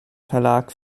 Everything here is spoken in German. verlag